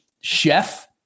Chef